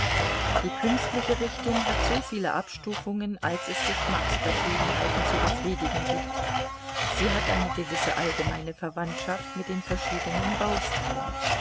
die künstliche richtung hat soviele abstufungen als es geschmacksverschiedenheiten zu befriedigen gibt sie hat eine gewisse allgemeine verwandtschaft mit den verschiedenen baustilen